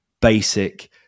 basic